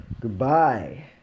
goodbye